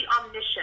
omniscient